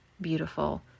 beautiful